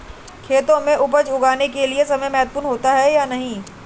खेतों में उपज उगाने के लिये समय महत्वपूर्ण होता है या नहीं?